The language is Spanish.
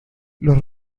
los